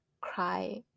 cry